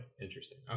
interesting